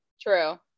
true